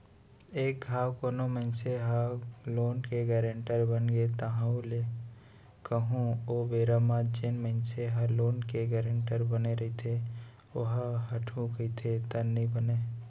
एक घांव कोनो मनसे ह लोन के गारेंटर बनगे ताहले कहूँ ओ बेरा म जेन मनसे ह लोन के गारेंटर बने रहिथे ओहा हटहू कहिथे त नइ बनय